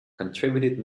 contributed